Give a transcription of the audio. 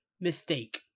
mistake